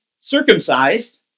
circumcised